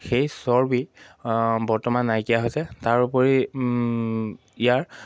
সেই চৰ্বি বৰ্তমান নাইকিয়া হৈছে তাৰোপৰি ইয়াৰ